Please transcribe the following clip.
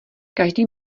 každý